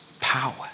power